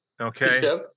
okay